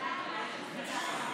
עוברים לחוק הבא,